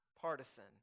partisan